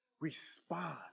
Respond